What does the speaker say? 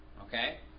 Okay